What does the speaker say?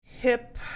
hip